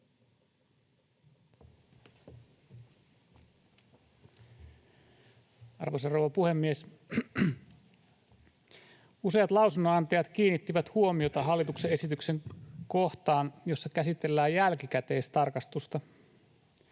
Arvoisa rouva puhemies! Useat lausunnonantajat kiinnittivät huomiota hallituksen esityksen kohtaan, jossa käsitellään jälkikäteistarkastusta.